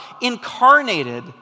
incarnated